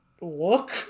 look